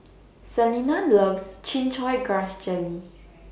Selina loves Chin Chow Grass Jelly